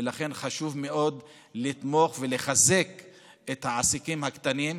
ולכן חשוב מאוד לתמוך ולחזק את העסקים הקטנים.